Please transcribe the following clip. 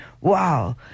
wow